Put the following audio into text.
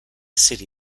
city